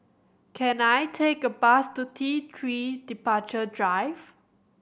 can I take a bus to T Three Departure Drive